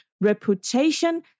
reputation